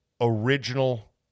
original